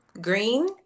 Green